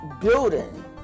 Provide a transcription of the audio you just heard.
building